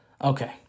Okay